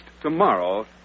tomorrow